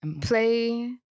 Play